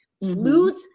lose